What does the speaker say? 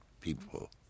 people